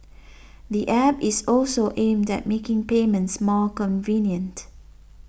the App is also aimed at making payments more convenient